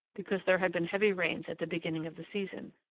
because there had been heavy rains at the beginning of the season,